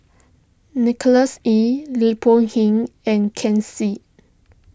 Nicholas Ee Lim Boon Heng and Ken Seet